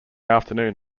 afternoon